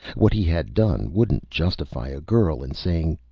what he had done wouldn't justify a girl in saying,